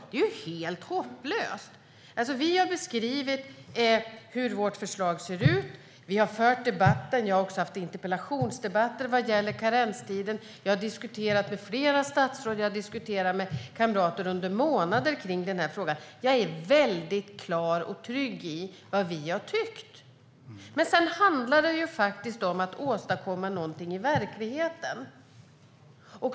Det är ju helt hopplöst. Vi har beskrivit hur vårt förslag ser ut. Vi har fört debatten. Jag har också fört interpellationsdebatter vad gäller karenstiden. Jag har diskuterat med flera statsråd, och jag har i månader diskuterat den här frågan med kamrater. Jag är väldigt klar över och trygg i vad vi har tyckt. Men sedan handlar det om att åstadkomma någonting i verkligheten.